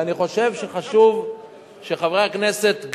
ואני חושב שחשוב שחברי הכנסת,